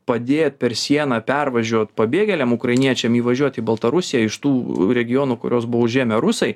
padėt per sieną pervažiuot pabėgėliam ukrainiečiam įvažiuoti į baltarusiją iš tų regionų kurios buvo užėmę rusai